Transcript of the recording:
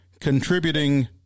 contributing